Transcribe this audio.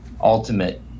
ultimate